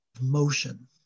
motion